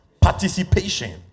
Participation